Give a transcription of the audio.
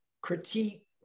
critique